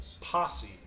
Posse